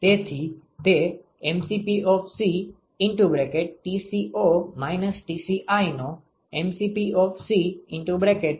તેથી તે c નો c સાથેનો ભાગાકાર છે